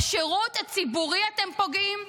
בשירות הציבורי אתם פוגעים?